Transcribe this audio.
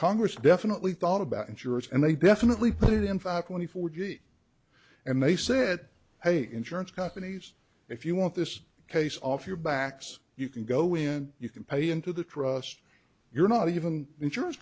congress definitely thought about insurance and they definitely put it in five hundred forty and they said hey insurance companies if you want this case off your backs you can go in you can pay into the trust you're not even insurance